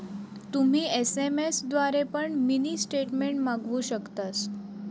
तुम्ही एस.एम.एस द्वारे पण मिनी स्टेटमेंट मागवु शकतास